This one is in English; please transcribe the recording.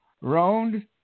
round